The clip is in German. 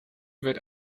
wird